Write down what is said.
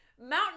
Mountain